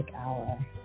Hour